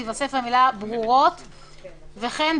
תתווסף המילה "ברורות"; וכן,